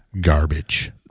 garbage